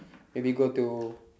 maybe go to